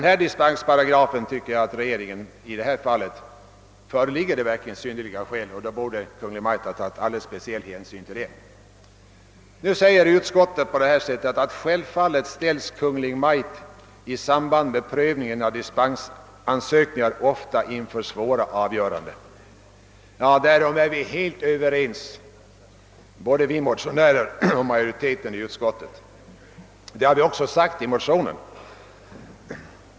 Här föreligger verkligen »synnerliga skäl», och jag tycker att Kungl. Maj:t borde ha tagit speciell hänsyn till detta. Nu säger utskottet: »Självfallet ställs Kungl. Maj:t i samband med prövningen av dispensansökningar ofta inför svåra avgöranden.» Ja, därom är vi helt överens, både vi motionärer och majoriteten i utskottet. Detta har vi också sagt i motionen.